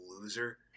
loser